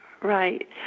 Right